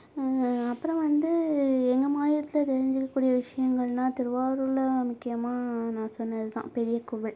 அப்புறம் வந்து எங்கள் மாநிலத்தில் தெரிஞ்சிக்ககூடிய விஷயங்கள்னா திருவாரூரில் முக்கியமாக நான் சொன்னதுதான் பெரிய கோவில்